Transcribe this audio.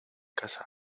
cazado